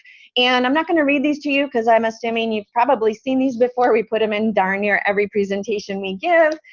and i'm not going to read these to you because i'm assuming you've probably seen these before. we put them in darn near every presentation we give.